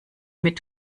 mit